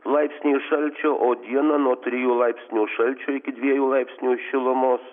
laipsniai šalčio o dieną nuo trijų laipsnių šalčio iki dviejų laipsnių šilumos